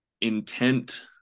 intent